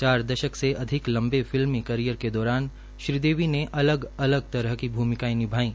चार दशक से अधिक लंबे फिल्मी करियर के दौरान श्रीदेवी ने अलग अलग तरह की भूमिकाएं निभाईं